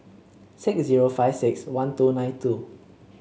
six zero five six one two nine two